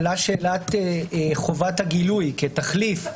עלתה שאלת חובת הגילוי כתחליף,